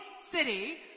city